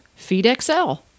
FeedXL